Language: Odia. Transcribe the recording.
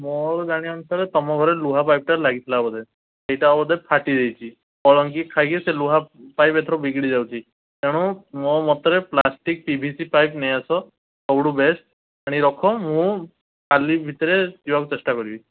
ମୋର ଜାଣିବା ଅନୁସାରେ ତୁମ ଘରେ ଲୁହା ପାଇପ୍ଟା ଲାଗିଥିଲା ବୋଧେ ଏଇଟା ବୋଧେ ଫାଟିଯାଇଛି କଳଙ୍କି ଖାଇକି ସେ ଲୁହା ପାଇପ୍ ଏଥର ବିଗିଡ଼ି ଯାଉଛି ଏଣୁ ମୋ ମତରେ plastic P V C pipe ନେଇ ଆସ ସବୁଠୁ ବେଷ୍ଟ ଆଣି ରଖ ମୁଁ କାଲି ଭିତରେ ଯିବାକୁ ଚେଷ୍ଟା କରିବି